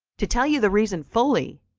to tell you the reason fully,